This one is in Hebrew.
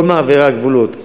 כל מעברי הגבולות,